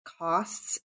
costs